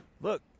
Look